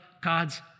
God's